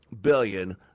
billion